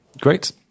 great